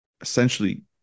essentially